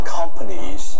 companies